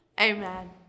Amen